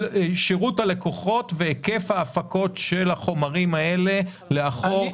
על שירות הלקוחות והיקף ההפקות של החומרים האלה לאחור.